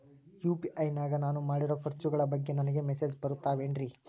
UPI ನಾಗ ನಾನು ಮಾಡಿರೋ ಖರ್ಚುಗಳ ಬಗ್ಗೆ ನನಗೆ ಮೆಸೇಜ್ ಬರುತ್ತಾವೇನ್ರಿ?